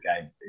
game